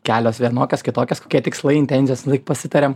kelios vienokios kitokios kokie tikslai intencijos visąlaik pasitariam